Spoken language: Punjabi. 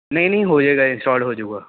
ਨਹੀਂ ਨਹੀਂ ਹੋ ਜੇਗਾ ਇੰਸਟਾਲ ਹੋ ਜੂਗਾ